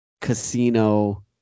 Casino